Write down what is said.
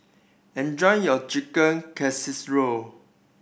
enjoy your Chicken Casserole